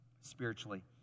spiritually